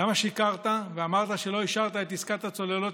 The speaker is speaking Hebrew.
למה שיקרת ואמרת שלא אישרת את עסקת הצוללות